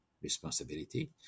responsibility